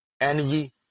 envy